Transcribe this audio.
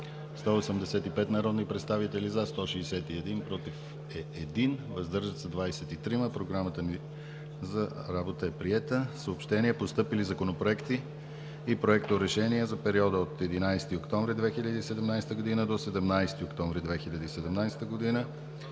185 народни представители: за 161, против 1, въздържали се 23. Програмата за работа е приета. Съобщения: Постъпили законопроекти и проекторешения за периода от 11 октомври 2017 г. до 17 октомври 2017 г.